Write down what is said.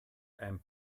ein